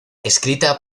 escrita